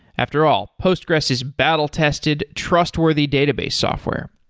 after all, postgres is battle tested, trustworthy database software,